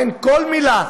לא, הוא שואל אותי.